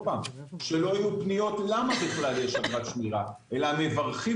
שלא היו פניות למה בכלל יש אגרת שמירה אלא מברכים